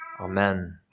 Amen